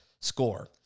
SCORE